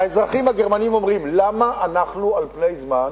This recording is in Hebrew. האזרחים הגרמנים אומרים: למה אנחנו על פני זמן